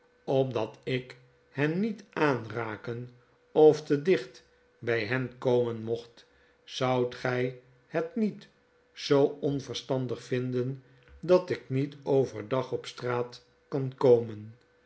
opdat ik hen niet aanraken of te dicht by hen komen mocht zoudt gy het niet zoo onverstandig vinden dat ik niet over dag op straat kan komen